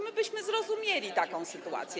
My byśmy zrozumieli taką sytuację.